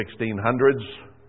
1600s